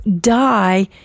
die